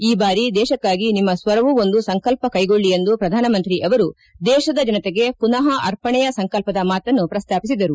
ಈ ಬಾರಿ ದೇಶಕ್ಕಾಗಿ ಒಂದು ಸಂಕಲ್ಪ ಕೈಗೊಳ್ಳಿ ಎಂದು ಪ್ರಧಾನ ಮಂತ್ರಿ ಅವರು ದೇಶದ ಜನತೆಗೆ ಪುನಃ ಅರ್ಪಣೆಯ ಸಂಕಲ್ಪದ ಮಾತನ್ನು ಪ್ರಸ್ತಾಪಿಸಿದರು